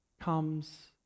comes